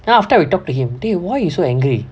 then after we talk to him dey why you so angry